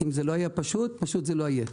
תקלות.